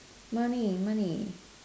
money money